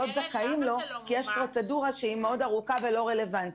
זכאים לו כי יש פרוצדורה שהיא מאוד ארוכה ולא רלוונטית.